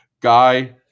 Guy